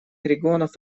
регионов